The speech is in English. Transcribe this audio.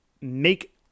make